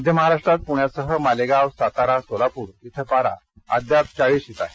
मध्य महाराष्ट्रात पूण्यासह मालेगाव सातारा सोलापूर इथं पारा अद्याप चाळिशीत आहे